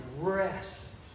rest